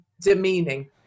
demeaning